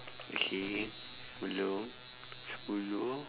okay hello screw you